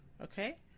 Okay